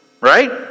Right